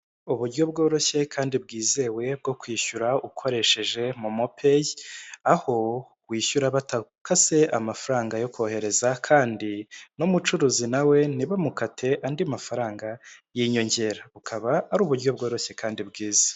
Uburyo bworoshye kandi bwizewe bwo kwishyura ukoresheje momopeyi aho wishyura batakase amafaranga yo kohereza kandi n'umucuruzi nawe ntibamukate andi mafaranga y'inyongera bukaba ari uburyo bworoshye kandi bwiza.